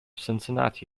cincinnati